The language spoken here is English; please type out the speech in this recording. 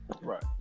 Right